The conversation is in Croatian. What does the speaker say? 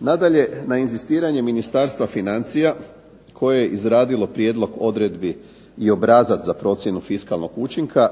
Nadalje, na inzistiranje Ministarstva financija koje je izradilo prijedlog odredbi i obrazac za procjenu fiskalnog učinka